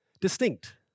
distinct